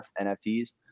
NFTs